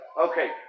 Okay